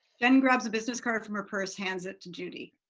jen grabs a business card from her purse, hands it to judy.